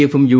എഫും യു